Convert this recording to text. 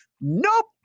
Nope